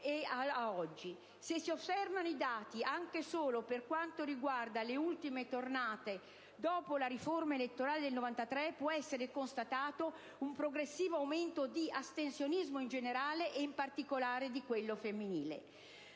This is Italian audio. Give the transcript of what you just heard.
Se si osservano i dati, anche solo per quanto riguarda le ultime tornate dopo la riforma elettorale del 1993, può essere constatato un progressivo aumento dell'astensionismo in generale, e in particolare di quello femminile,